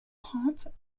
trente